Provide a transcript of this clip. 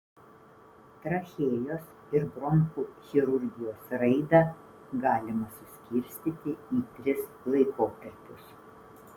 trachėjos ir bronchų chirurgijos raidą galima suskirstyti į tris laikotarpius